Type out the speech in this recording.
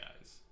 guys